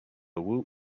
woot